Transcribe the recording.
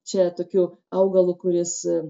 čia tokiu augalu kuris